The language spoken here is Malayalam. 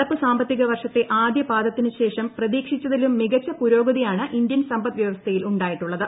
നടപ്പു സാമ്പത്തിക വർഷത്തെ ആദ്യ പാദത്തിന് ശേഷം പ്രതീക്ഷിച്ചതിലും മികച്ച പുരോഗതിയാണ് ഇന്ത്യിൻ സമ്പദ് വൃവസ്ഥയിൽ ഉണ്ടായിട്ടുള്ളത്